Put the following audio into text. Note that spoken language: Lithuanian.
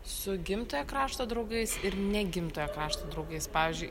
su gimtojo krašto draugais ir ne gimtojo krašto draugais pavyzdžiui